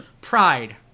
Pride